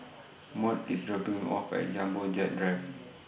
Maud IS dropping Me off At Jumbo Jet Drive